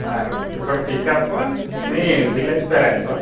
సరే ఇప్పుడు పికప్ మీ విలేజ్ పేరు ఏంది బ్రో